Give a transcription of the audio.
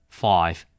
five